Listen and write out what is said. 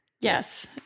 Yes